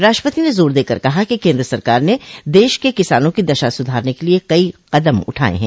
राष्ट्रपति ने जोर देकर कहा कि केंद्र सरकार ने देश के किसानों की दशा सुधारने के लिए कई कदम उठाए हैं